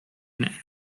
and